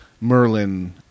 Merlin